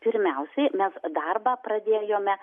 pirmiausiai mes darbą pradėjome